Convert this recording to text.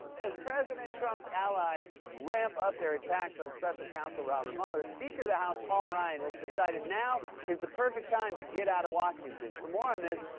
as president trump's allies ramp up their attacks on special counsel robert mueller, speaker of the house paul ryan has decided now is the perfect time to get out of washington. for more on this,